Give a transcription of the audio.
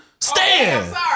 stand